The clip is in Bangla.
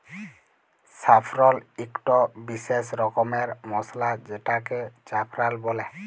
স্যাফরল ইকট বিসেস রকমের মসলা যেটাকে জাফরাল বল্যে